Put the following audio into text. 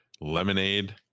lemonade